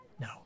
No